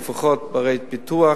לפחות בערי פיתוח